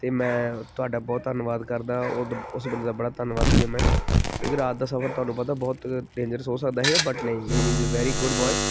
ਅਤੇ ਮੈਂ ਤੁਹਾਡਾ ਬਹੁਤ ਧੰਨਵਾਦ ਕਰਦਾ ਉਹਦ ਉਸ ਬੰਦੇ ਦਾ ਬੜਾ ਧੰਨਵਾਦੀ ਹਾਂ ਮੈਂ ਕਿਉਂਕਿ ਰਾਤ ਦਾ ਸਫਰ ਤੁਹਾਨੂੰ ਪਤਾ ਬਹੁਤ ਡੇਂਜਰਸ ਹੋ ਸਕਦਾ ਸੀਗਾ ਬਟ ਨਹੀਂ he is very good boy